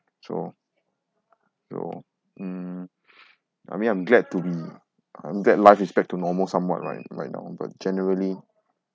so so mm I mean I'm glad to be I'm glad life is back to normal somewhat right right now but generally